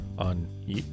on